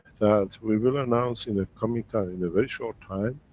that we will announce, in the coming time, in a very short time,